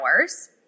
hours